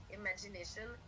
imagination